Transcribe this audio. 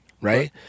right